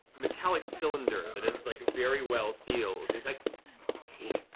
metallic cylinder and that is like very well sealed. like see,